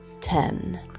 ten